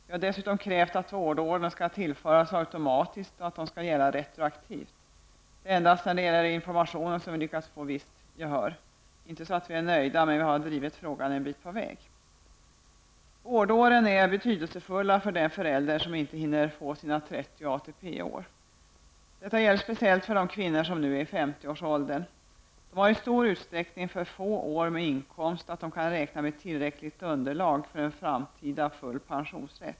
Vi har dessutom krävt att vårdåren skall tillföras automatiskt och att de skall gälla retroaktivt. Det är endast när det gäller informationen som vi har lyckats vinna visst gehör för våra krav. Det är inte så, att vi är nöjda. Men vi har i alla fall drivit frågan och har nu kommit en bit på vägen. Vårdåren är betydelsefulla för den förälder som inte hinner få ihop sina 30 ATP-år. Detta gäller speciellt de kvinnor som nu är i 50-årsåldern. Dessa har i stor utsträckning för få år med inkomst för att kunna räkna med ett tillräckligt underlag för en framtida rätt till full pension.